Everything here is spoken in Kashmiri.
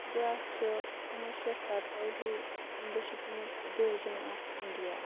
بیاکھ چھُ کُنوُہ شیٚتھ سَتتٲجی امہِ دۄہ چھُ پیومُت ڈِوِجٮ۪ن اَکھ اِنٛڈیا